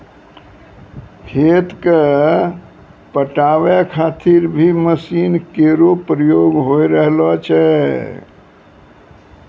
खेत क पटावै खातिर भी मसीन केरो प्रयोग होय रहलो छै